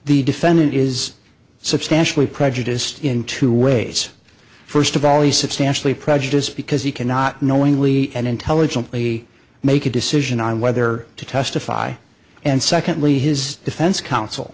the defendant is substantially prejudiced in two ways first of all the substantially prejudiced because he cannot knowingly and intelligently make a decision on whether to testify and secondly his defense counsel